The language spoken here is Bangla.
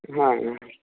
হ্যাঁ হ্যাঁ